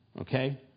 Okay